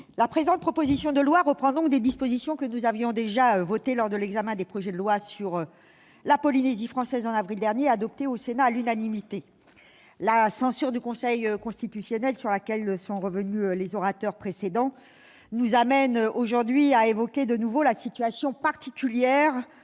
la présente proposition de loi reprend des dispositions que nous avions déjà votées, en avril dernier, lors de l'examen des projets de loi sur la Polynésie française, adoptés par le Sénat à l'unanimité. La censure du Conseil constitutionnel, dont ont parlé les orateurs précédents, nous amène aujourd'hui à évoquer de nouveau la situation particulière